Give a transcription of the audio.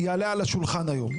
יעלה על השולחן היום.